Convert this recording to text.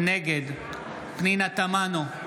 נגד פנינה תמנו,